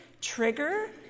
trigger